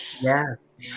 yes